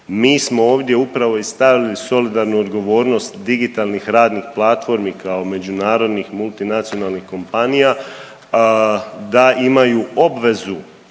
Mi smo ovdje upravo i stavili solidarnu odgovornost digitalnih radnih platformi kao međunarodnih multinacionalnih kompanija da imaju obvezu